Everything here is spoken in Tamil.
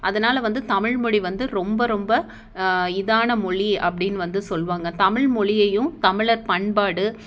அதனால வந்து தமிழ்மொழி வந்து ரொம்ப ரொம்ப இதான மொழி அப்படினு வந்து சொல்லுவாங்க தமிழ்மொழியையும் தமிழர் பண்பாடு